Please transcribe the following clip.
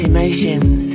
Emotions